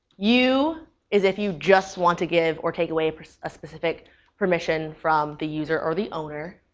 u is if you just want to give or take away a specific permission from the user or the owner.